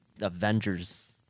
Avengers